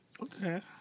Okay